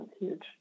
huge